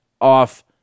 off